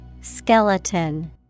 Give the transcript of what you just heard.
Skeleton